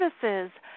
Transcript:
services